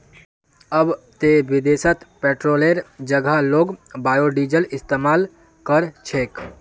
अब ते विदेशत पेट्रोलेर जगह लोग बायोडीजल इस्तमाल कर छेक